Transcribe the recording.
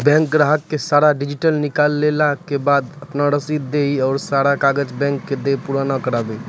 Bank ग्राहक के सारा डीटेल निकालैला के बाद आपन रसीद देहि और सारा कागज बैंक के दे के पुराना करावे?